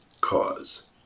cause